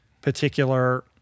particular